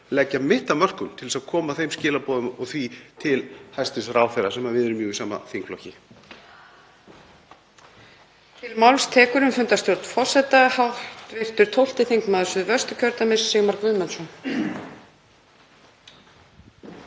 leggja mitt af mörkum til þess að koma þeim skilaboðum til hæstv. ráðherra þar sem við erum jú í sama þingflokki.